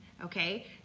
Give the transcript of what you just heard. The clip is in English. okay